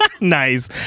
Nice